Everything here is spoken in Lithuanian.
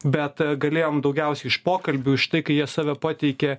bet galėjom daugiausiai iš pokalbių iš tai kai jie save pateikia